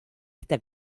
esta